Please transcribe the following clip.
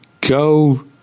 go